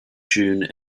june